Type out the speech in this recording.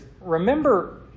remember